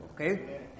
Okay